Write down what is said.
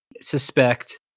suspect